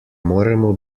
moremo